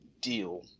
deal